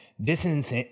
Dissonance